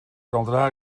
caldrà